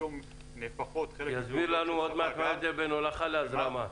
שפתאום נהפכות --- יסבירו לנו עוד מעט מה ההבדל בין הולכה להזרמה.